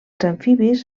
amfibis